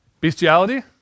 Bestiality